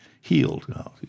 healed